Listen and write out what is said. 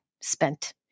spent